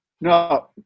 No